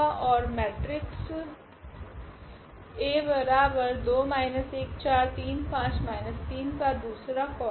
ओर matrix का दूसरा column